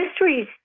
mysteries